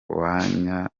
mwanya